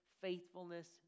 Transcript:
faithfulness